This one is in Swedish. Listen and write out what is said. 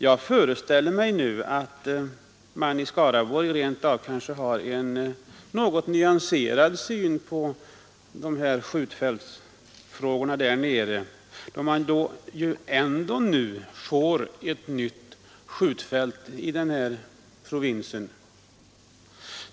Jag föreställer mig att man i Skaraborg har en något nyanserad syn på skjutfältsfrågorna, när man nu ändå får ett nytt skjutfält i provinsen.